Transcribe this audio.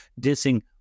dissing